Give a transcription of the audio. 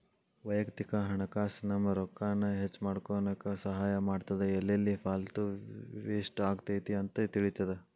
ವಯಕ್ತಿಕ ಹಣಕಾಸ್ ನಮ್ಮ ರೊಕ್ಕಾನ ಹೆಚ್ಮಾಡ್ಕೊನಕ ಸಹಾಯ ಮಾಡ್ತದ ಎಲ್ಲೆಲ್ಲಿ ಪಾಲ್ತು ವೇಸ್ಟ್ ಆಗತೈತಿ ಅಂತ ತಿಳಿತದ